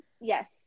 Yes